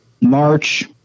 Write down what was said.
March